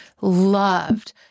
loved